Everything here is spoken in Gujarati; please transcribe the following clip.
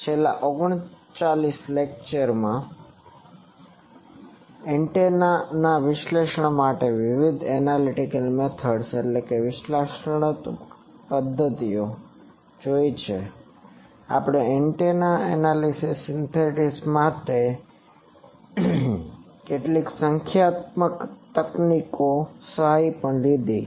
છેલ્લા 39 લેકચરમા આપણે એન્ટેનાના વિશ્લેષણ માટે વિવિધ એનાલીટીકલ મેથડ્સ વિશ્લેષણાત્મક પદ્ધતિઓ analytical methods જોઇ છે આપણે એન્ટેના એનાલિસિસ સિન્થેસિસ માટે કેટલીક સંખ્યાત્મક તકનીકોની સહાય પણ લીધી હતી